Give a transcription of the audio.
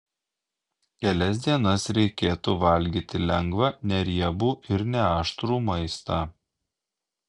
kelias dienas reikėtų valgyti lengvą neriebų ir neaštrų maistą